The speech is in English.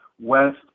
West